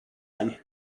ani